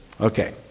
Okay